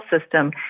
system